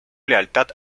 lealtad